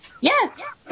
Yes